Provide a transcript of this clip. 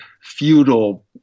feudal